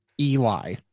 eli